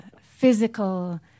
physical